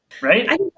right